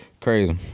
crazy